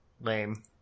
lame